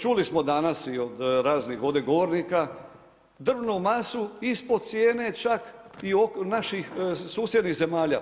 Čuli smo danas i od raznih ovdje govornika drvnu masu ispod cijene čak i naših susjednih zemalja.